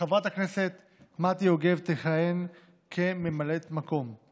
וחברת הכנסת מטי יוגב תכהן כממלאת מקום.